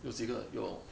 有几个